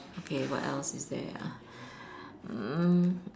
okay what else is there uh mm